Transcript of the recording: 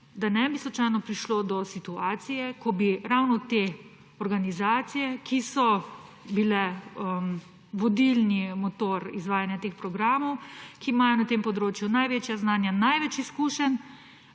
da ne bi slučajno prišlo do situacije, ko bi ravno te organizacije, ki so bile vodilni motor izvajanja teh programov, ki imajo na tem področju največja znanja in največ izkušenj,